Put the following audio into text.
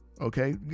okay